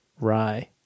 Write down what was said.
rye